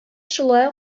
шулай